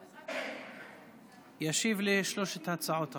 הוא ישיב על שתי הצעות החוק.